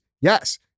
Yes